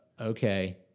okay